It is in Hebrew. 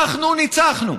אנחנו ניצחנו.